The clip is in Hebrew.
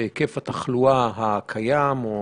בהיקף התחלואה הקיים או